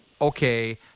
okay